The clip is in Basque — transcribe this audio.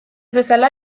bezala